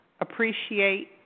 appreciate